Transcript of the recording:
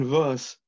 verse